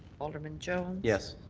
alderman jones. yes.